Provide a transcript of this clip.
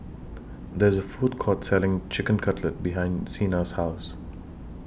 There IS A Food Court Selling Chicken Cutlet behind Xena's House